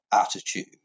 attitude